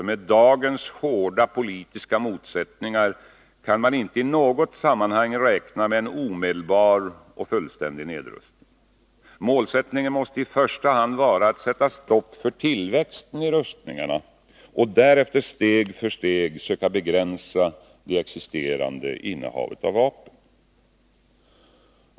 Med dagens hårda politiska motsättningar kan man inte i något sammanhang räkna med en omedelbar och fullständig nedrustning. Målsättningen måste i första hand vara att sätta stopp för tillväxten i rustningarna och därefter steg för steg söka begränsa det existerande innehavet av vapen.